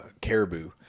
caribou